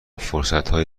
فرصتهای